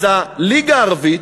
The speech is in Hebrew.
אז הליגה הערבית,